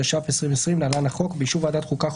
התש"ף-2020 (להלן החוק) ובאישור ועדת החוקה,